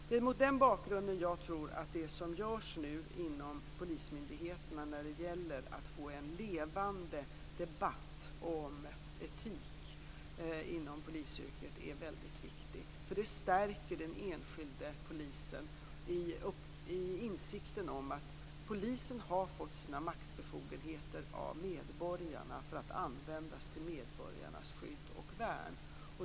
Det är mot den bakgrunden jag tror att det som nu görs inom polismyndigheterna när det gäller att få en levande debatt om etik inom polisyrket är väldigt viktigt, för det stärker den enskilde polisen i insikten om att polisen har fått sina maktbefogenheter av medborgarna för att användas till medborgarnas skydd och värn.